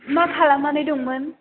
मा खालामनानै दंमोन